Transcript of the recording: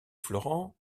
florent